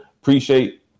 Appreciate